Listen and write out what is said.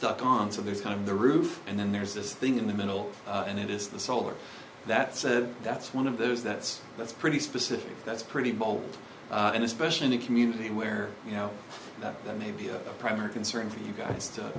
on so there's kind of the roof and then there's this thing in the middle and it is the solar that said that's one of those that's that's pretty specific that's pretty bold and especially in a community where you know that that may be a primary concern for you guys to